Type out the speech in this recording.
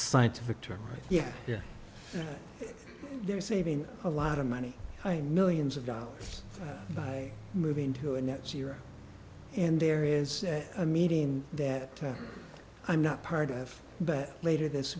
scientific term yeah yeah they're saving a lot of money by millions of dollars by moving to a net zero and there is a meeting that i'm not part of but later this